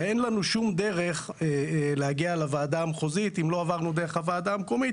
ואין לנו שום דבר להגיע לוועדה המחוזית אם לא עברנו דרך הוועדה מקומית,